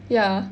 ya